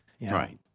Right